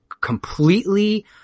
completely